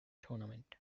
tournament